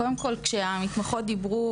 קודם כל כאשר המתמחות דיברו,